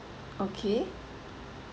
okay